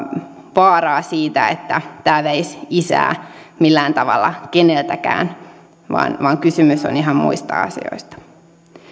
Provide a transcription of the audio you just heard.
vaaraa siitä että tämä veisi isää millään tavalla keneltäkään vaan vaan kysymys on ihan muista asioista